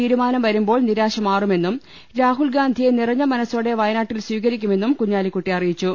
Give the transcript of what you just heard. തീരുമാനം വരുമ്പോൾ നിരാശ മാറുമെന്നും രാഹുൽഗാന്ധിയെ നിറഞ്ഞ മനസ്സോടെ വയ നാട്ടിൽ സ്വീകരിക്കു മെന്നും കുഞ്ഞാലിക്കുട്ടി അറിയിച്ചു